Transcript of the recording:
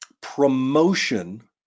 promotion